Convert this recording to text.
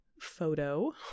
photo